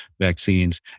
vaccines